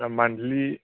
monthly